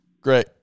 Great